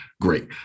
great